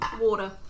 water